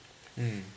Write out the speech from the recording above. mm